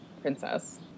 princess